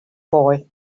boy